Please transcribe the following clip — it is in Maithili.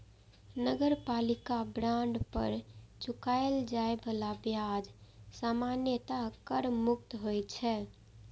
नगरपालिका बांड पर चुकाएल जाए बला ब्याज सामान्यतः कर मुक्त होइ छै